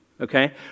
okay